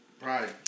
Pride